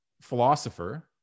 philosopher